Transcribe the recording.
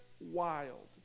wild